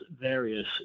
various